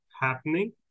happening